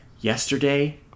Yesterday